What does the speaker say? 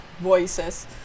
voices